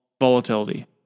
volatility